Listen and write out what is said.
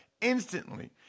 instantly